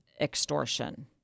extortion